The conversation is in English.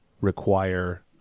require